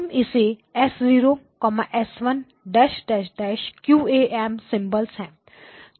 हम इसे S0 S1 QAM symbols है